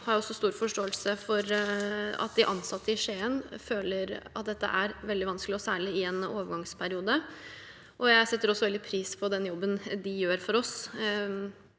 har jeg stor forståelse for at de ansatte i Skien føler at dette er veldig vanskelig, særlig i en overgangsperiode. Jeg setter veldig pris på den jobben de gjør for oss,